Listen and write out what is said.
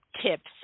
tips